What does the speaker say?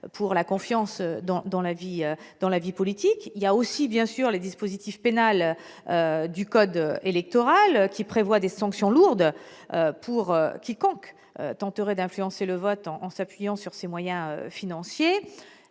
pour la confiance dans la vie politique, ou encore des dispositions pénales du code électoral qui prévoient des sanctions lourdes pour quiconque tenterait d'influencer le vote en s'appuyant sur ses moyens financiers.